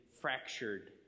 fractured